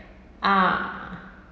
ah